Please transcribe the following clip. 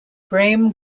graham